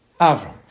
Avram